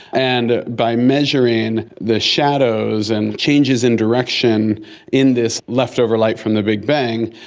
and by measuring the shadows and changes in direction in this leftover light from the big bang,